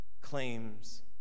claims